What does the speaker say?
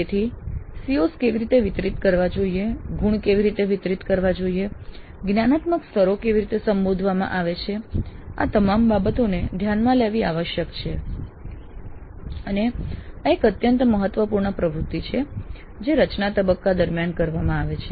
તેથી COs કેવી રીતે વિતરિત કરવા જોઈએ ગુણ કેવી રીતે વિતરિત કરવા જોઈએ જ્ઞાનાત્મક સ્તરો કેવી રીતે સંબોધવામાં આવે છે આ તમામ બાબતોને ધ્યાનમાં લેવી આવશ્યક છે અને આ એક અત્યંત મહત્વપૂર્ણ પ્રવૃત્તિ છે જે રચના તબક્કા દરમિયાન કરવામાં આવે છે